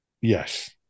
Yes